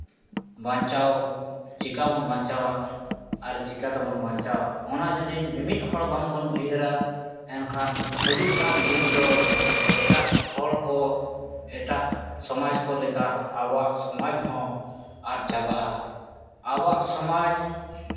ᱵᱟᱧᱪᱟᱣ ᱪᱤᱠᱟᱹ ᱵᱚᱱ ᱵᱟᱧᱪᱟᱣᱟ ᱟᱨ ᱪᱤᱠᱟᱹ ᱛᱮᱵᱚᱱ ᱵᱟᱧᱪᱟᱣ ᱚᱱᱟ ᱡᱩᱫᱤ ᱢᱤᱢᱤᱫ ᱦᱚᱲ ᱵᱟᱝᱵᱚᱱ ᱩᱭᱦᱟᱹᱨᱟ ᱮᱱᱠᱷᱟᱱ ᱦᱤᱡᱩᱜ ᱠᱟᱱ ᱫᱤᱱ ᱫᱚ ᱮᱴᱟᱜ ᱦᱚᱲ ᱠᱚ ᱮᱴᱟᱜ ᱥᱚᱢᱟᱡᱽ ᱠᱚ ᱞᱮᱠᱟ ᱟᱵᱚᱣᱟᱜ ᱥᱚᱢᱟᱡᱽ ᱦᱚᱸ ᱟᱫ ᱪᱟᱵᱟᱜᱼᱟ ᱟᱵᱚᱣᱟᱜ ᱥᱚᱢᱟᱡᱽ